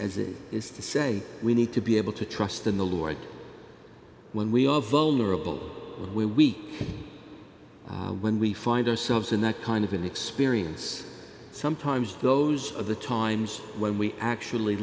as it is to say we need to be able to trust in the lord when we are vulnerable we are weak when we find ourselves in that kind of an experience sometimes those are the times when we actually